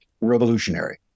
revolutionary